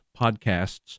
Podcasts